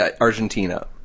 Argentina